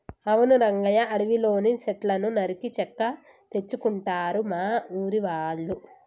అవును రంగయ్య అడవిలోని సెట్లను నరికి చెక్క తెచ్చుకుంటారు మా ఊరి వాళ్ళు